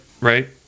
right